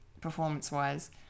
performance-wise